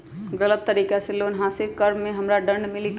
गलत तरीका से लोन हासिल कर्म मे हमरा दंड मिली कि?